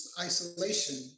isolation